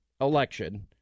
election